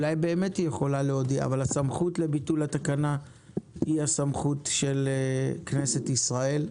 אולי באמת היא יכולה להודיע אבל הסמכות לביטול התקנה היא של כנסת ישראל.